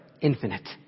infinite